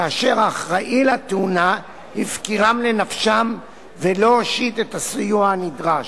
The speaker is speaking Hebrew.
כאשר האחראי לתאונה הפקירם לנפשם ולא הושיט את הסיוע הנדרש.